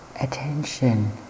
attention